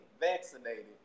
vaccinated